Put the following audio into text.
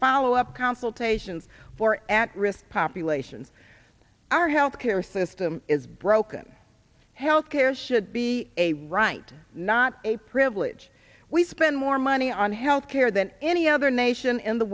follow up consultations for at risk population our health care system is broken health care should be a right not a privilege we spend more money on health care than any other nation in the